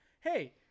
hey